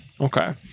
Okay